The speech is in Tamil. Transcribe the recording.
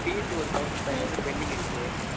ஃபீஸ் ஒரு தௌசண்ட் ஃபைவ் ஹண்ட்ரட் பெண்டிங் இருக்கு